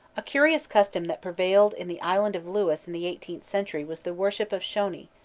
a curious custom that prevailed in the island of lewis in the eighteenth century was the worship of shony,